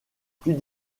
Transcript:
plus